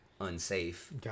unsafe